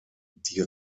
die